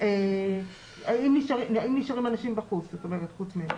האם נשארים אנשים בחוץ חוץ מאלה?